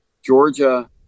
Georgia